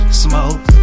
smoke